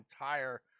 entire